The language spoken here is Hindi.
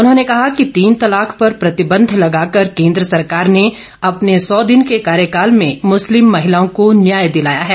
उन्होंने कहा कि तीन तलाक पर प्रतिबंध लगाकर केंद्र सरकार ने अपने सौ दिन के कार्यकाल में मुस्लिम महिलाओं को न्याय दिलाया है